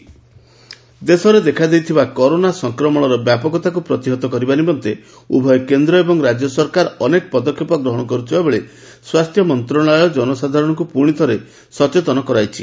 Covid nineteen ଦେଶରେ ଦେଖାଦେଇଥିବା corona ସଂକ୍ରମଣର ବ୍ୟାପକତାକୁ ପ୍ରତିହତ କରିବା ନିମନ୍ତେ ଉଭୟ କେନ୍ଦ୍ର ଏବଂ ରାଜ୍ୟ ସରକାର ଅନେକ ପଦକ୍ଷେପ ଗ୍ରହଣ କରୁଥିବା ବେଳେ ସ୍ୱାସ୍ଥ୍ୟ ମନ୍ତ୍ରଣାଳୟ ଜନସାଧାରଣଙ୍କୁ ପୁଣି ଥରେ ସଚେତନ କରାଇଛି